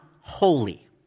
holy